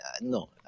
No